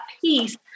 peace